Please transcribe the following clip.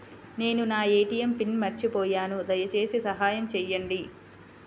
నేను నా ATM pin మర్చిపోయాను దయచేసి సహాయం చేయండి